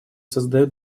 создают